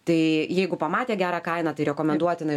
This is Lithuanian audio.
tai jeigu pamatė gerą kainą tai rekomenduotina